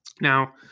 Now